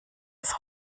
das